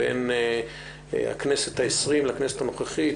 בין הכנסת העשרים לכנסת הנוכחית,